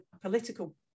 political